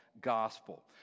gospel